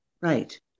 Right